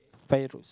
Firdaus